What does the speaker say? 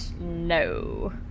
No